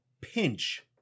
pinch